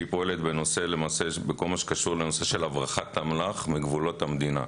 היא פועלת בכל מה שקשור בנושא של הברחת אמל"ח מגבולות המדינה.